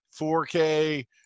4k